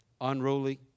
Unruly